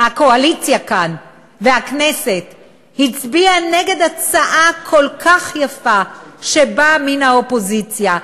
הקואליציה כאן והכנסת הצביעו נגד הצעה כל כך יפה שבאה מן האופוזיציה,